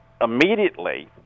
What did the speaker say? immediately